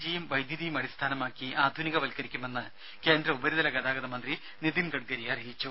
ജിയും വൈദ്യുതിയും അടിസ്ഥാനമാക്കി ആധുനിക വൽക്കരിക്കുമെന്ന് കേന്ദ ഉപരിതല ഗതാഗത മന്ത്രി നിതിൻ ഗഡ്കരി അറിയിച്ചു